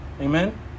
Amen